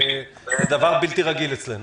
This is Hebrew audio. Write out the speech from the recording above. זה דבר בלתי רגיל אצלנו...